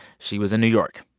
she was in new york.